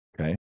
Okay